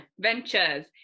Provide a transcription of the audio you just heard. ventures